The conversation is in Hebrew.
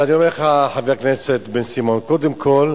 אז אני אומר לך, חבר הכנסת בן-סימון, קודם כול